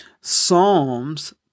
Psalms